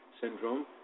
syndrome